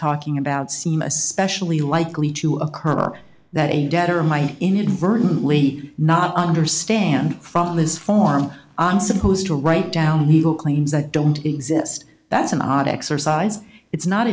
talking about seem especially likely to occur that a debtor might inadvertently not understand from this form i'm supposed to write down legal claims that don't exist that's an odd exercise it's not